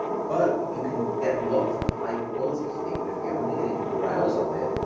but you can get lots of high quality sleep, but if you're only getting four hours of it,